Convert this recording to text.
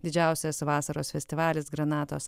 didžiausias vasaros festivalis granatos